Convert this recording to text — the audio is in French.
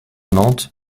nantes